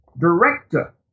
Director